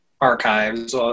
archives